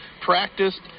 practiced